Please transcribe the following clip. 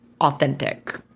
authentic